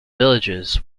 villages